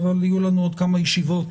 אבל יהיו לנו עוד כמה ישיבות,